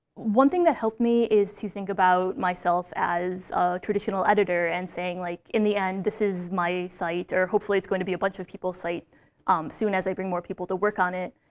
one thing that helped me is to think about myself as a traditional editor and saying, like, in the end, this is my site. or hopefully it's going to be a bunch of people's site um soon, as i bring more people to work on it.